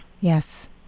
Yes